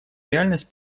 реальность